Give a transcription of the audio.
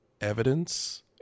evidence